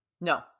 No